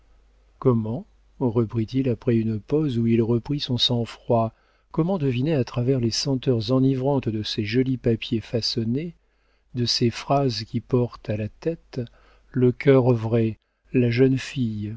comment reprit-il après une pause où il reprit son sang-froid comment deviner à travers les senteurs enivrantes de ces jolis papiers façonnés de ces phrases qui portent à la tête le cœur vrai la jeune fille